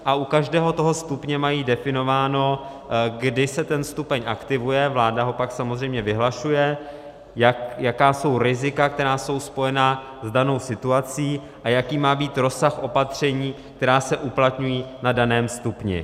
A u každého stupně mají definováno, kdy se stupeň aktivuje, vláda ho pak samozřejmě vyhlašuje, jaká jsou rizika, která jsou spojena s danou situací, a jaký má být rozsah opatření, která se uplatňují na daném stupni.